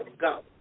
go